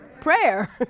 Prayer